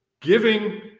giving